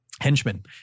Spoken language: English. henchmen